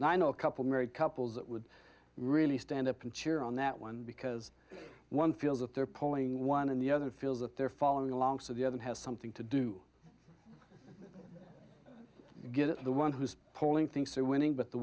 and i know a couple married couples that would really stand up and cheer on that one because one feels of their polling one and the other feel that they're following along so the other has something to do to get at the one who's pulling thinks they're winning but the